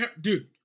Dude